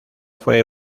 fue